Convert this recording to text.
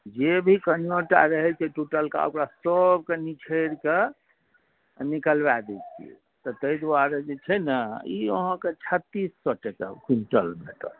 जे भी कनिओटा रहै छै टुटलका ओकरा सबके निछोरिकऽ निकलबै दै छिए तऽ ताहि दुआरे जे छै ने ई अहाँके छत्तीस सओ टके क्विन्टल भेटत